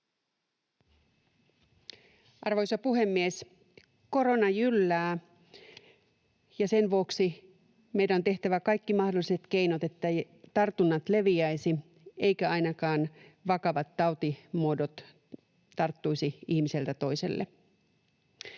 Arvoisa puhemies! Korona jyllää, ja sen vuoksi meidän on tehtävä kaikki mahdolliset keinot, etteivät tartunnat leviäisi eivätkä ainakaan vakava tautimuodot tarttuisi ihmiseltä toiselle.